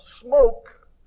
smoke